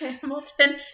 Hamilton